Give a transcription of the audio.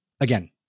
again